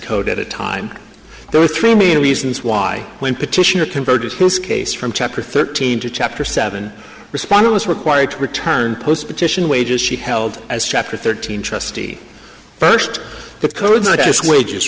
code at a time there are three main reasons why when petitioner can produce his case from chapter thirteen to chapter seven responder was required to return post petition wages she held as chapter thirteen trustee first the